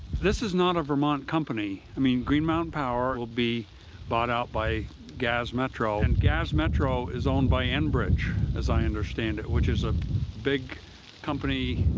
this is not a vermont company. i mean green mountain power will be bought out by gaz metro and gaz metro is owned by enbridge, as i understand it, which is a big